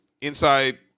Inside